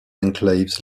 enclaves